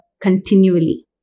continually